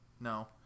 No